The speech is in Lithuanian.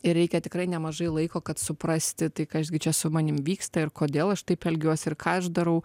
ir reikia tikrai nemažai laiko kad suprasti tai kas gi čia su manim vyksta ir kodėl aš taip elgiuosi ir ką aš darau